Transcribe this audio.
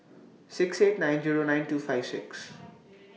six eight nine Zero nine two five six